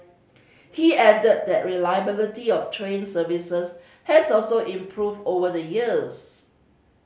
he added that reliability of train services has also improved over the years